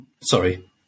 Sorry